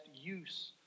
use